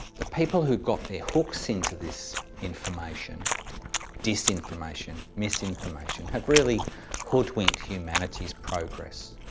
the people who got the hooks into this information disinformation, misinformation have really hoodwinked humanity's progress.